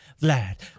Vlad